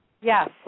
Yes